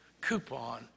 coupon